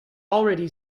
already